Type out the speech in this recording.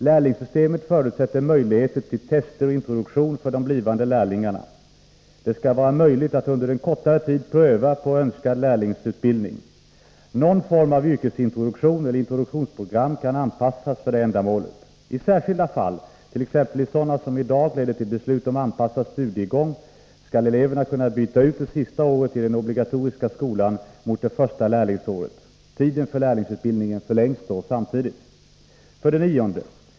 Lärlingssystemet förutsätter möjligheter till tester och introduktion för de blivande lärlingarna. Det skall vara möjligt att under en kortare tid pröva på önskad lärlingsutbildning. Någon form av yrkesintroduktion eller introduktionsprogram kan anpassas för detta ändamål. I särskilda fall — t.ex. i sådana som i dag leder till beslut om anpassad studiegång — skall eleverna kunna byta ut det sista året i den obligatoriska skolan mot det första lärlingsåret. Tiden för lärlingsutbildningen förlängs då samtidigt. 9.